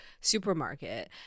supermarket